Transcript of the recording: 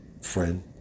Friend